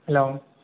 hello